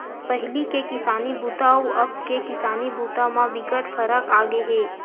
पहिली के किसानी बूता अउ अब के किसानी बूता म बिकट फरक आगे हे